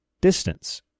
distance